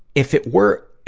if it were,